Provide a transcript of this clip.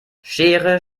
schere